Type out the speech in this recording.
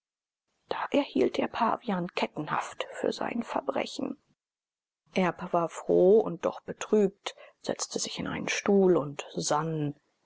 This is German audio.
da erhielt der pavian kettenhaft für sein verbrechen erb war froh und doch betrübt setzte sich in einen stuhl und sann